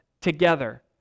together